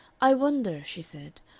i wonder, she said,